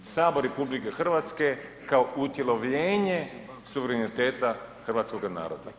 Sabor RH kao utjelovljenje suvereniteta hrvatskoga naroda.